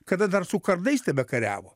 kada dar su kardais tebekariavo